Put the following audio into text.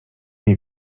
nie